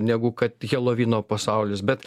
negu kad helovyno pasaulis bet